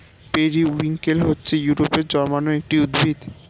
periwinkle হচ্ছে ইউরোপে জন্মানো একটি উদ্ভিদ